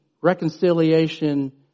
reconciliation